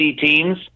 teams